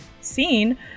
scene